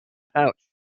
pouch